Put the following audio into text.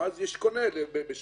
ואז יש קונה בשחור.